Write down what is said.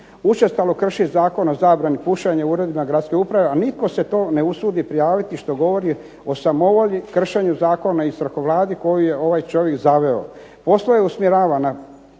učestalo krši Zakon o zabrani pušenja u uredima gradske uprave, a nitko se to ne usudi prijaviti što govori o samovolji, kršenju zakona i strahovladi koju je ovaj čovjek …/Ne razumije se./…,